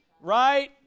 right